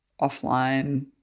offline